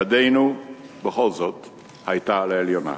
ידנו בכל זאת היתה על העליונה.